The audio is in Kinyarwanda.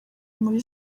muri